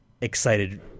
excited